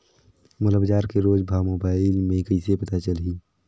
मोला बजार के रोज भाव मोबाइल मे कइसे पता चलही?